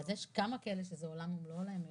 אז יש כמה כאלה שזה עולם ומלואו להם מעבר.